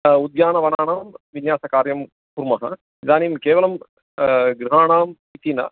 उद्यानवनानां विन्यासकार्यं कुर्मः इदानीं केवलं गृहाणाम् इति न